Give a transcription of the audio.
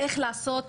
איך לעשות,